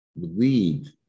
believe